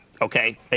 okay